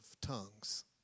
Tongues